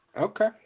Okay